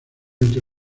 entre